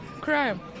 Crime